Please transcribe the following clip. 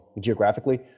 geographically